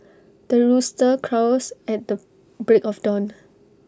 the rooster crows at the break of dawn